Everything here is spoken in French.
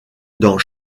dans